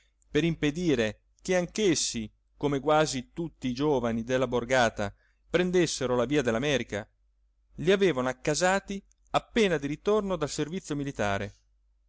per impedire che anch'essi come quasi tutti i giovani della borgata prendessero la via dell'america li avevano accasati appena di ritorno dal servizio militare